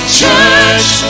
church